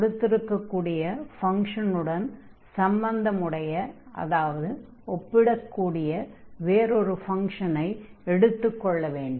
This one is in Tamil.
கொடுத்திருக்கும் ஃபங்ஷனுடன் சம்பந்தமுடைய அதாவது ஒப்பிடக் கூடிய வேறொரு ஃபங்ஷனை எடுத்துக் கொள்ள வேண்டும்